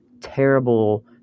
terrible